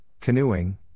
canoeing